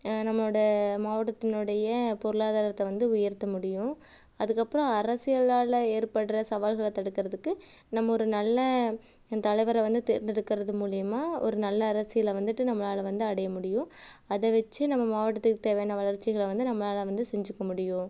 நம்மளோட மாவட்டத்தினுடைய பொருளாதாரத்தை வந்து உயர்த்த முடியும் அதற்கப்றம் அரசியலால் ஏற்படுகிற சவால்களை தடுக்கறதுக்கு நம்ம ஒரு நல்ல தலைவரை வந்து தேர்ந்தெடுக்கறது மூலியமாக ஒரு நல்ல அரசியலை வந்துவிட்டு நம்மளால வந்து அடைய முடியும் அதை வச்சு நம்ம மாவட்டத்துக்கு தேவையான வளர்ச்சிகளை வந்து நம்மளால் வந்து செஞ்சிக்க முடியும்